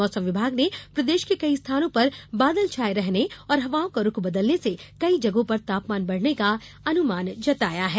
मौसम विभाग ने प्रदेश के कई स्थानों पर बादल छाये रहने और हवाओं का रुख बदलने से कई जगहों पर तापमान बढ़ने का अनुमान जताया है